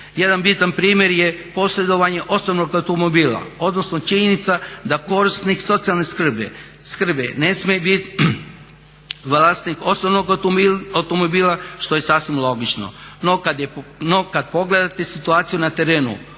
Jedan bitan primjer je posjedovanje osobnog automobila, odnosno činjenica da korisnik socijalne skrbi ne smije bit vlasnik osobnog automobila što je sasvim logično. No, kad pogledate situaciju na terenu,